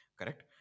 Correct